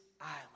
island